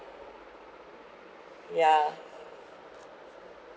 yeah